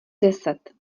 deset